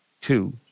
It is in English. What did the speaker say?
two